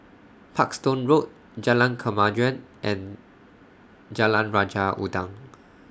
Parkstone Road Jalan Kemajuan and Jalan Raja Udang